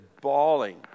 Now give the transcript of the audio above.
bawling